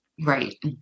right